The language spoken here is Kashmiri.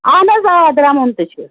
اہن حظ آ دَرٛمُن تہِ چھِ